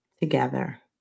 together